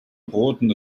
roten